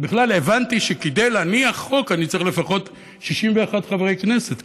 שבכלל הבנתי שכדי להניח חוק אני צריך לפחות 61 חברי כנסת,